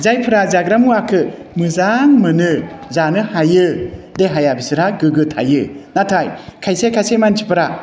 जायफोरा जाग्रा मुवाखौ मोजां मोनो जानो हायो देहाया बिसोरहा गोग्गो थायो नाथाय खायसे खायसे मानसिफोरा